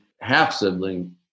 half-sibling